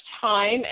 time